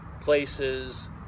places